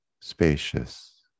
spacious